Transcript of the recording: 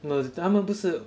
no 他们不是